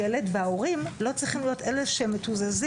וההורים לא צריכים להיות אלה שמתוזזים.